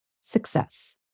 Success